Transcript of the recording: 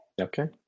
Okay